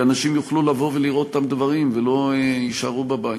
כי אנשים יוכלו לבוא ולראות את הדברים ולא יישארו בבית.